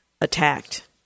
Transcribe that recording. attacked